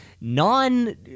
non